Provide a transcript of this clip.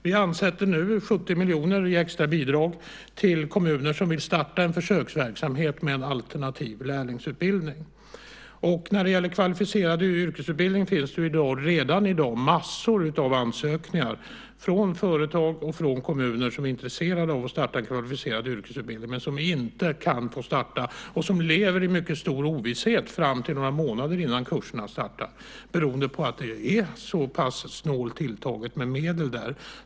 Vi avsätter nu 70 miljoner i extra bidrag till kommuner som vill starta en försöksverksamhet med en alternativ lärlingsutbildning. När det gäller kvalificerad yrkesutbildning finns det redan i dag massor av ansökningar från företag och från kommuner som är intresserade av att starta kvalificerad yrkesutbildning men som inte kan få starta och som lever i mycket stor ovisshet fram till några månader innan kurserna startar, beroende på att det är så pass snålt tilltaget med medel.